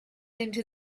into